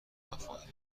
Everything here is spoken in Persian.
مفاهیم